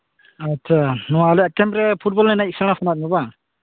ᱟᱪᱪᱷᱟ ᱱᱚᱣᱟ ᱟᱞᱮᱭᱟᱜ ᱠᱮᱢᱯ ᱨᱮ ᱯᱷᱩᱴᱵᱚᱞ ᱮᱱᱮᱡ ᱥᱮᱬᱟ ᱥᱟᱱᱟᱭᱮᱫ ᱵᱮᱱᱟ ᱵᱟᱝ